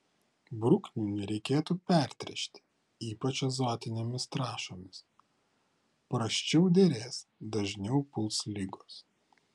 bruknių nereikėtų pertręšti ypač azotinėmis trąšomis prasčiau derės dažniau puls ligos